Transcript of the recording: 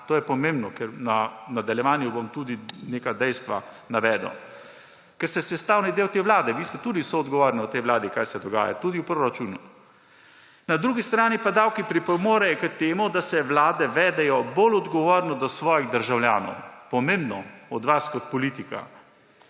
To je pomembno, ker v nadaljevanju bom tudi neka dejstva navedel, ker ste sestavni del te vlade, vi ste tudi soodgovorni v tej vladi za to, kar se dogaja, tudi v proračunu. Na drugi strani pa davki pripomorejo k temu, da se vlade vedejo bolj odgovorno do svojih državljanov. Pomembno od vas kot politika.